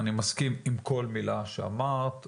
אני מסכים עם כל מילה שאמרת.